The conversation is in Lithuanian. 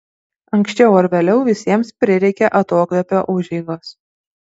anksčiau ar vėliau visiems prireikia atokvėpio užeigos